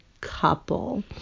couple